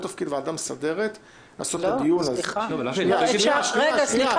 תפקיד הכנסת הוא לא להיות בייביסיטר של הממשלה